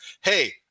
hey